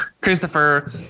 Christopher